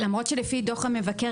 למרות שלפי דוח המבקר,